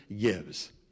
gives